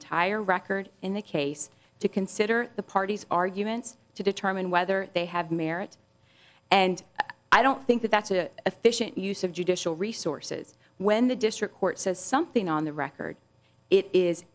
entire record in the case to consider the parties arguments to determine whether they have merit and i don't think that that's a efficient use of judicial resources when the district court says something on the record it is